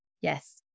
Yes